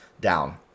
down